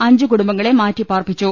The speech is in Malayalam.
അഞ്ച് കുടുംബത്തെ മാറ്റിപ്പാർപ്പിച്ചു